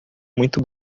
muito